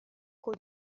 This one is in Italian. cui